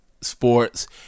sports